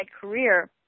career